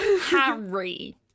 Harry